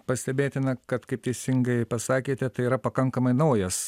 pastebėtina kad kaip teisingai pasakėte tai yra pakankamai naujas